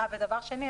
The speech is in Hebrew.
דבר שני,